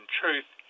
truth